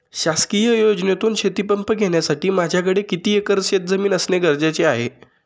शासकीय योजनेतून शेतीपंप घेण्यासाठी माझ्याकडे किती एकर शेतजमीन असणे गरजेचे आहे?